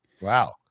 Wow